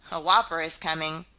a whopper is coming.